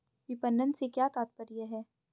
विपणन से क्या तात्पर्य है?